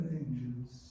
angels